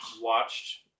watched